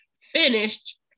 finished